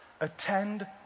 Attend